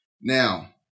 Now